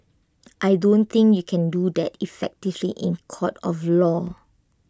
I don't think you can do that effectively in court of law